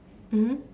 mmhmm